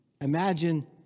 imagine